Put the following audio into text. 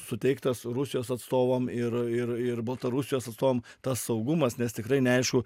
suteiktas rusijos atstovam ir ir ir baltarusijos atstovam tas saugumas nes tikrai neaišku